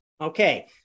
Okay